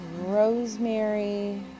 rosemary